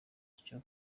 cyo